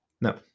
No